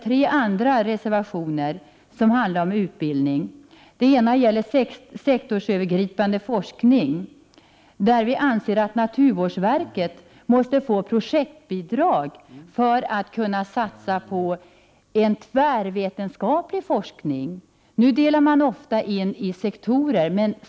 Tre andra reservationer handlar om utbildning. Den ena gäller sektorsövergripande forskning. Vi anser att naturvårdsverket måste få projektbidrag för att kunna satsa på tvärvetenskaplig forskning. Nu delas forskningen ofta upp i sektorer.